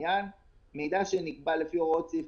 מיקי לוי,